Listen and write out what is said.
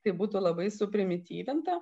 tai būtų labai suprimityvinta